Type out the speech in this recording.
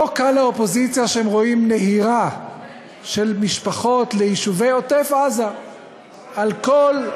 לא קל לאופוזיציה כשרואים נהירה של משפחות ליישובי עוטף-עזה על כל,